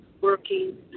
working